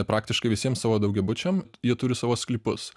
praktiškai visiems savo daugiabučiam jie turi savo sklypus